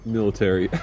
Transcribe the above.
Military